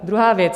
Druhá věc.